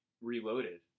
reloaded